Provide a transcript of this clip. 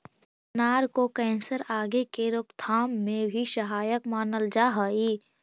अनार को कैंसर आदि के रोकथाम में भी सहायक मानल जा हई